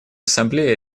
ассамблеи